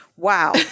Wow